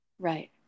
right